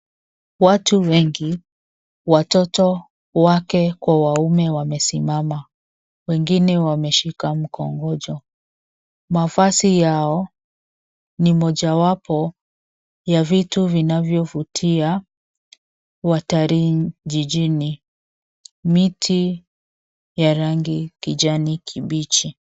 Watu wengi watoto, wake kwa waume wamesimama wengine wameshika mkongojo. Mavazi yao ni mojawapo ya vitu vinavyovutia watalii jijini. Miti ya rangi ya kijani kibichi.